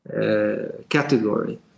Category